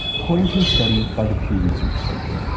according to a study by the pew research center.